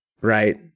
right